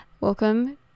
welcome